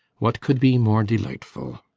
what could be more delightful?